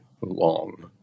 long